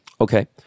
Okay